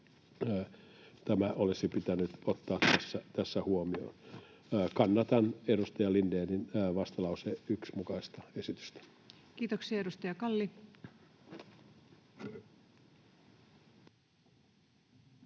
tämä olisi pitänyt ottaa tässä huomioon. Kannatan edustaja Lindénin vastalauseen yksi mukaista esitystä. Kiitoksia. — Edustaja Kalli.